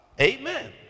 amen